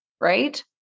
right